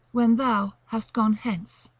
when thou hast gone hence.